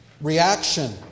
reaction